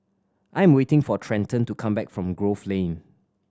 I am waiting for Trenton to come back from Grove Lane